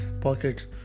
pocket